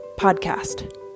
podcast